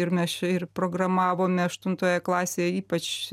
ir mes čia ir programavome aštuntoje klasėj ypač